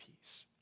peace